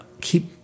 keep